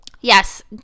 Yes